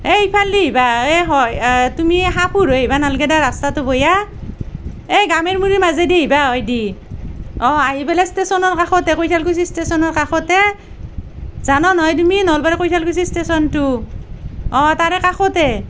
এইফালে দি আহিবা এ হয় তুমি এই হাঁহপুৰ হৈ আহিব নালাগে দিয়ক ৰাস্তাটো বেয়া এই গামেৰ মুৰিৰ মাজেদি আহিবা হৈ দি আহি পেলাই ষ্টেচনৰ কাষতে কৈঠালকুছি ষ্টেচনৰ কাষতে জানা নহয় তুমি নলবাৰীৰ কৈঠালকুছি ষ্টেচনটো অঁ তাৰে কাষতে